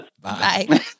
Bye